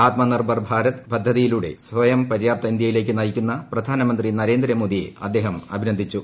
ആത്മനിർഭർ ഭാരത് പദ്ധതിയിലൂടെ സ്വയം പര്യാപ്ത ഇന്തൃയിലേക്ക് നയിക്കുന്ന പ്രധാനമന്ത്രി നരേന്ദ്രമോദിയെ അദ്ദേഹം അഭിനന്ദിച്ചു